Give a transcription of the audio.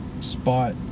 Spot